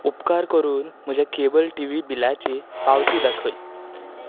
उपकार करून म्हज्या केबल टी व्ही बिलाची पावती दाखय